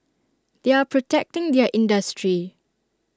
they are protecting their industry